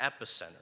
epicenter